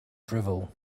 drivel